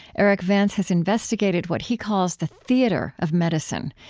erik vance has investigated what he calls the theater of medicine,